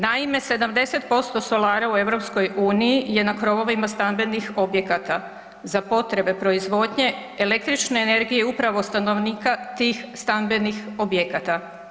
Naime, 70% solara u EU je na krovovima stambenih objekata za potrebe proizvodnje električne energije upravo stanovnika tih stambenih objekata.